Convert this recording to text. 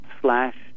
slash